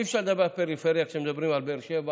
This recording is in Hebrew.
אי-אפשר לדבר על פריפריה כשמדברים על באר שבע